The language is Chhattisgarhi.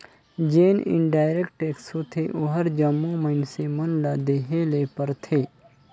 जेन इनडायरेक्ट टेक्स होथे ओहर जम्मो मइनसे मन ल देहे ले परथे